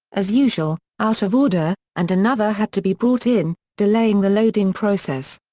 as usual, out of order, and another had to be brought in, delaying the loading process.